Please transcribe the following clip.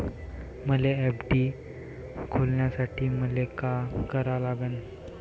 मले एफ.डी खोलासाठी मले का करा लागन?